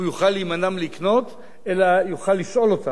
הוא יוכל להימנע מלקנות אלא הוא יוכל לשאול אותם,